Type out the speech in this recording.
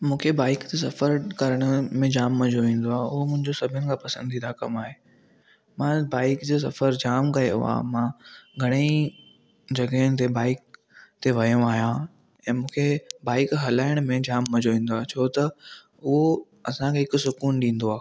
मूंखे बाइक ते सफ़रु करण में जाम मज़ो ईंदो आहे उहो मुंहिंजो सभिनी खां पसंदीदा कमु आहे मां बाइक जो सफ़रु जामु कयो आहे मां घणे ई जॻहियुनि ते बाइक ते वयो आहियां ऐं मूंखे बाइक हलाइण में जाम मज़ो ईंदो आहे छो त उहो असां खे हिकु सुकून ॾींदो आहे